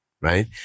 right